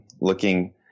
Looking